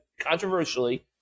controversially